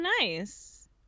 nice